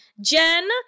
Jen